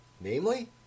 Namely